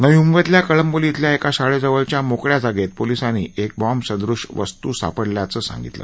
नवी मुंबईतल्या कंळबोली इथल्या एका शाळेजवळच्या मोकळ्या जागेत पोलिसांनी एक बॉम्बसदृश् वस्तू सापडल्याचं सांगितलं